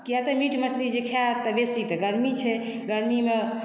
किया तऽ मीट मछली जे खाएत तऽ बेसी तऽ गरमी छै गरमीमे